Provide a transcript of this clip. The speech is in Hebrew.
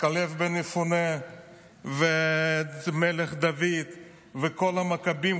כלב בן-יפונה והמלך דוד וכל המכבים,